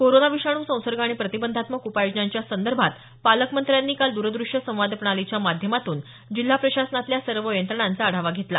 corona विषाणू संसर्ग आणि प्रतिबंधात्मक उपाययोजनांच्या संदर्भात पालकमंत्र्यांनी काल द्रदृष्य संवाद प्रणालीच्या माध्यमातून जिल्हा प्रशासनातल्या सर्व यंत्रणांचा आढावा घेतला